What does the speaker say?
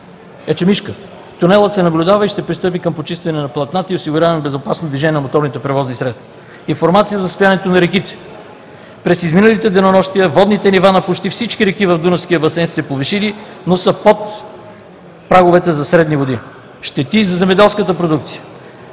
„Ечемишка“. Тунелът се наблюдава и ще се пристъпи към почистване на платната и осигуряване на безопасно движение на моторните превозни средства. Информация за състоянието на реките: през изминалите денонощия водните нива на почти всички реки в Дунавския басейн са се повишили, но са под праговете за средни води. Щети за земеделската продукция: